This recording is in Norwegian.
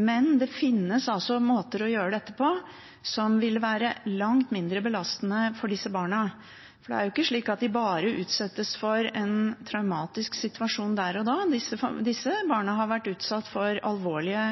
men det finnes altså måter å gjøre dette på som vil være langt mindre belastende for disse barna. Det er jo ikke slik at de bare utsettes for en traumatisk situasjon der og da. Disse barna har vært utsatt for alvorlige